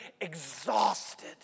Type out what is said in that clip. exhausted